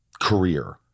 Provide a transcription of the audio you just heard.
career